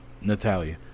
Natalia